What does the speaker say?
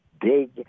big